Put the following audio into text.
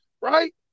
right